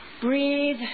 Breathe